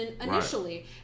initially